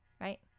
right